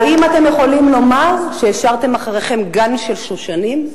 האם אתם יכולים לומר שהשארתם אחריכם גן של שושנים?